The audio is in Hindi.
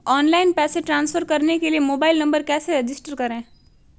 ऑनलाइन पैसे ट्रांसफर करने के लिए मोबाइल नंबर कैसे रजिस्टर करें?